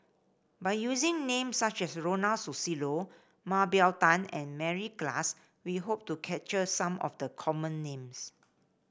by using names such as Ronald Susilo Mah Bow Tan and Mary Klass we hope to capture some of the common names